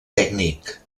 tècnic